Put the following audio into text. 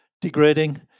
degrading